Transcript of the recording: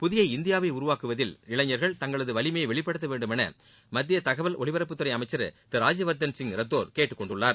புதிய இந்தியாவை உருவாக்குவதில் இளைஞர்கள் தங்களது வலிமையை வெளிப்படுத்த வேண்டும் என மத்திய தகவல் ஒலிபரப்புத்துறை அமைச்சள் திரு ராஜ்யவர்தன் சிங் ரத்தோர் கேட்டுக் கொண்டுள்ளார்